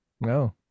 No